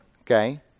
Okay